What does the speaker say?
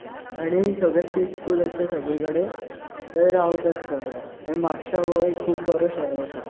आनी सगळे पिसफूल अशें सगळे कडेन रावतात सगळे म्हापशा हो एक खूब बरो शहर आसा